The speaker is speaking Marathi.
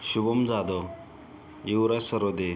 शुभम जाधव युवराज सरोदे